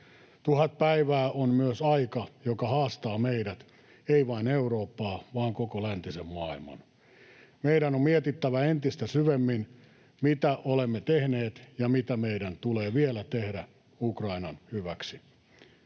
Tuhat päivää on myös aika, joka haastaa meidät — ei vain Eurooppaa vaan koko läntisen maailman. Meidän on mietittävä entistä syvemmin, mitä olemme tehneet ja mitä meidän tulee vielä tehdä Ukrainan hyväksi.